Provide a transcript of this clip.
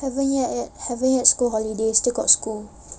haven't yet haven't yet school holidays still got school